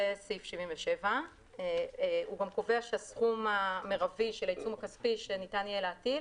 זה סעיף 77. הוא גם קובע שהסכום המרבי של העיצום הכספי שניתן יהיה להטיל